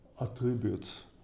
attributes